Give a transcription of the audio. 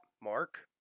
Mark